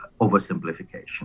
oversimplification